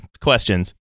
questions